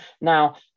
Now